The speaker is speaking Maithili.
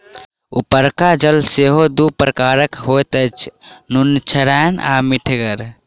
उपरका जल सेहो दू प्रकारक होइत अछि, नुनछड़ैन आ मीठगर